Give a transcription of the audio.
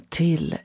till